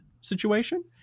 situation